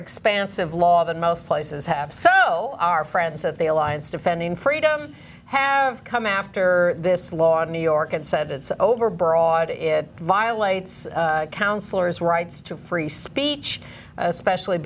expansive law than most places have so our friends at the alliance defending freedom have come after this law in new york and said it's overbroad it violates counselors rights to free speech especially